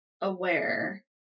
aware